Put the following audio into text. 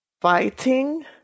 fighting